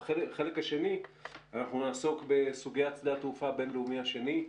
בחלק השני אנחנו נעסוק בסוגיית שדה התעופה הבין-לאומי השני.